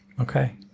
Okay